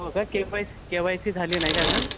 हो का K Y C K Y C झाली नाही का अजून